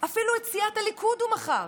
אפילו את סיעת הליכוד הוא מכר